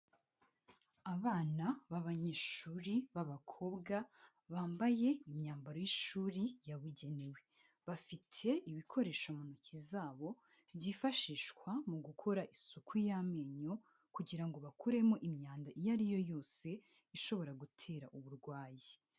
Abana b'abanyeshuri b'abakobwa bambaye imyambaro y'ishuri yabugenewe bafite ibikoresho mu ntoki zabo byifashishwa mu gukora isuku y'amenyo kugira ngo bakuremo imyanda iyo ariyo yose ishobora gutera uburwayi.